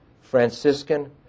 Franciscan